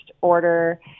order